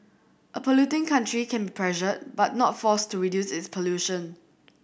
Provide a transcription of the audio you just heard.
a polluting country can be pressured but not forced to reduce its pollution